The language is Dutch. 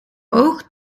oog